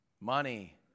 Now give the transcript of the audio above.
Money